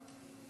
בבית הזה.